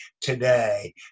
today